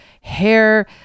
hair